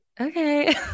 okay